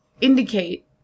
indicate